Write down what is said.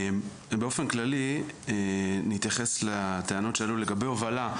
באופן כללי נתייחס לטענות שעלו, לגבי הובלה,